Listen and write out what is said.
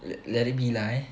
le~ let it be lah eh